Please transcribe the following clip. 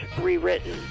rewritten